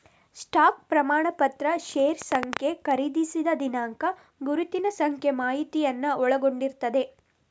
stock ಪ್ರಮಾಣಪತ್ರ ಷೇರು ಸಂಖ್ಯೆ, ಖರೀದಿಸಿದ ದಿನಾಂಕ, ಗುರುತಿನ ಸಂಖ್ಯೆ ಮಾಹಿತಿಯನ್ನ ಒಳಗೊಂಡಿರ್ತದೆ